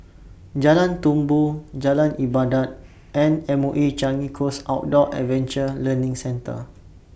Jalan Tumpu Jalan Ibadat and M O E Changi Coast Outdoor Adventure Learning Centre